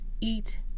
eat